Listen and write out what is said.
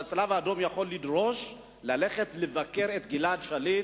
שהצלב- האדום יכול לדרוש לבקר את גלעד שליט,